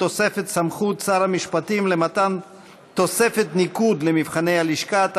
הוספת סמכות שר המשפטים למתן תוספת ניקוד למבחני הלשכה),